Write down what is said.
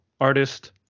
artist